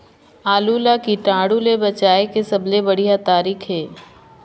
आलू ला कीटाणु ले बचाय के सबले बढ़िया तारीक हे?